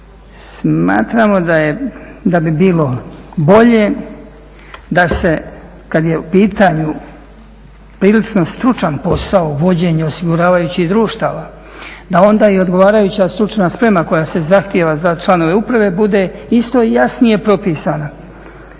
smatramo da bi bilo bolje da se kad je u pitanju prilično stručan posao vođenja osiguravajućih društava, da onda i odgovarajuća stručna sprema koja se zahtjeva za članove uprave bude isto i jasnije propisana.